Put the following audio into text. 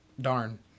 darn